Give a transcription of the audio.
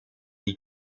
die